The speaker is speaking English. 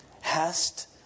hast